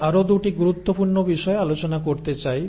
আমি আরও 2 টি গুরুত্বপূর্ণ বিষয় আলোচনা করতে চাই